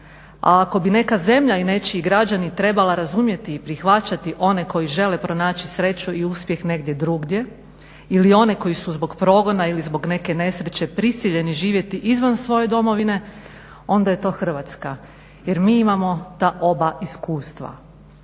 A ako bi neka zemlja i nečiji građani trebala razumjeti i prihvaćati one koji žele pronaći sreću i uspjeh negdje drugdje ili one koji su zbog progona ili zbog neke nesreće prisiljeni živjeti izvan svoje domovine onda je to Hrvatska. Jer mi imamo ta oba iskustva.